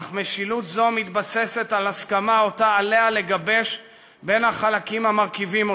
אך משילות זו מתבססת על הסכמה שעליה לגבש בין החלקים המרכיבים אותה,